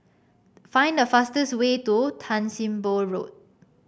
find the fastest way to Tan Sim Boh Road